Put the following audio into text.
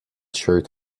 shirt